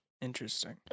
Interesting